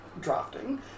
drafting